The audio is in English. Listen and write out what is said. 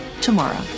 tomorrow